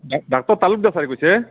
ডা doctor Talukdar ছাৰে কৈছে